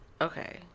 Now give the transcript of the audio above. Okay